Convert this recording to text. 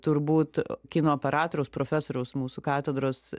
turbūt kino operatoriaus profesoriaus mūsų katedros